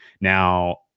Now